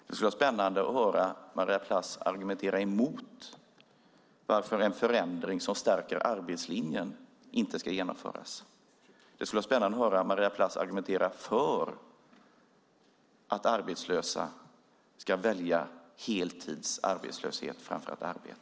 Det skulle vara spännande att höra Maria Plass argumentera emot att en förändring som stärker arbetslinjen inte ska genomföras. Det skulle vara spännande att höra Maria Plass argumentera för att arbetslösa ska välja heltidsarbetslöshet framför arbete.